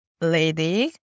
lady